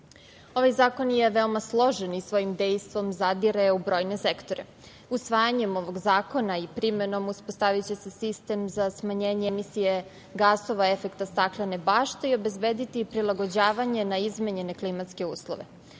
Ovaj zakon je veoma složen i svojim dejstvom zadire u brojne sektore. Usvajanjem ovog zakona i primenom uspostaviće se sistem za smanjenje emisije gasova efekta staklene bašte i obezbediti prilagođavanje na izmenjene klimatske uslove. Uprkos